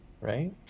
right